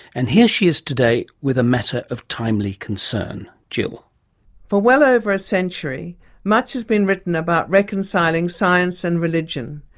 and here she is today with a matter of timely concern. jill hamilton for well over a century much has been written about reconciling science and religion.